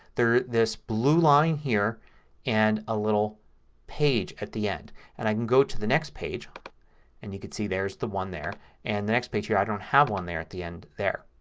they're this blue line here and a little page at the end. and i can go to the next page and you can see there's the one there and the next page here i don't have one there at the end there.